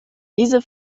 diese